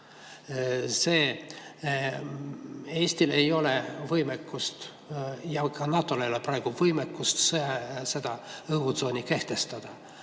Eestil ei ole võimekust ja ka NATO-l ei ole praegu võimekust seda õhutsooni kehtestada.